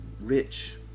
rich